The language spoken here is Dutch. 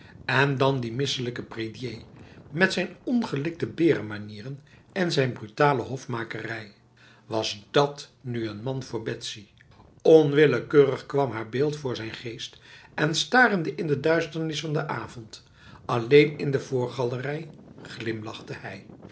en dan die misselijke prédier met zijn ongelikte berenmanieren en zijn brutale hofmakerij was dat nu n man voor betsy onwillekeurig kwam haar beeld voor zijn geest en starende in de duisternis van de avond alleen in de voorgalerij glimlachte hij